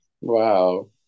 Wow